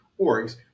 orgs